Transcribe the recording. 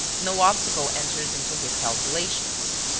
no obstacle enters into his calculations.